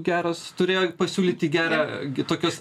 geras turėjo pasiūlyti gerą tokius